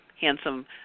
handsome